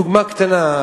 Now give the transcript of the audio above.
תודה רבה.